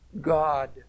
God